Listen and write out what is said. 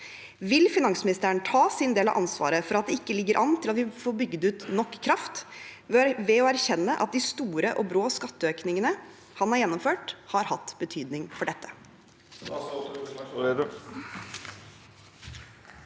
Vil finansministeren ta sin del av ansvaret for at det ikke ligger an til at vi får bygd ut nok kraft, ved å erkjenne at de store og brå skatteøkningene han har gjennomført, har hatt betydning for dette?